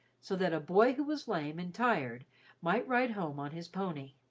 so that a boy who was lame and tired might ride home on his pony.